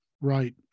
Right